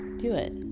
do it.